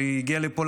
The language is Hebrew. והיא הגיעה לפה,